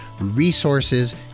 resources